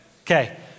Okay